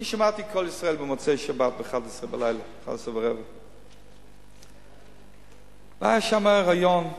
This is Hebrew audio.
אני שמעתי את "קול ישראל" במוצאי-שבת בשעה 23:15. היה שם ריאיון,